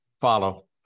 follow